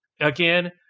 again